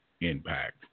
impact